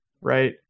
right